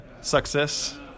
Success